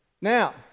Now